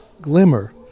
glimmer